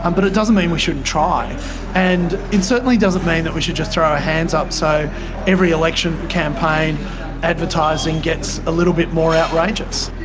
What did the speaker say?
um but it doesn't mean we shouldn't try and it certainly doesn't mean that we should just throw our hands up so every election campaign advertising gets a little bit more outrageous.